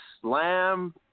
Slam